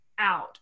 out